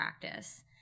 practice